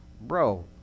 bro